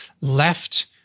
left